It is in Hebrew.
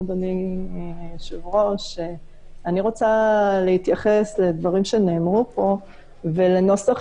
אני רוצה להתייחס לדברים שנאמרו פה ולנוסח